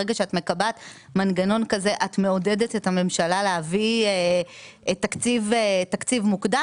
ברגע שאת מקבעת מנגנון כזה את מעודדת את הממשלה להביא תקציב מוקדם?